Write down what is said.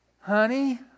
Honey